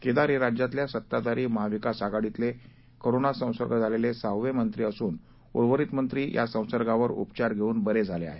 केदार हे राज्यातल्या सत्ताधारी महाविकास आघाडीतले कोरोना संसर्ग झालेले सहावे मंत्री असून उर्वरित मंत्री या संसर्गावर उपचार घेऊन बरे झाले आहेत